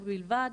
ובלבד,